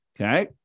Okay